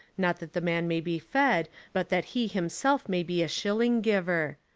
not that the man may be fed but that he himself may be a shilling-giver.